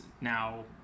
now